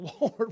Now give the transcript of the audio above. Lord